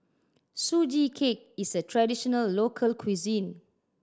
Sugee Cake is a traditional local cuisine